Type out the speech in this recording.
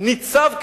ניצב כהווה"